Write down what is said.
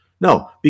no